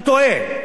אתה טועה.